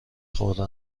خورده